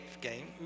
game